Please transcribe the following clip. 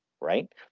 right